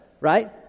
right